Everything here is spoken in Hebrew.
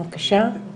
את רשות הדיבור.